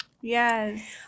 Yes